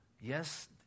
yes